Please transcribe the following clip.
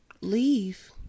Leave